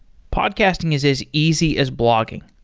podcasting is as easy as blogging.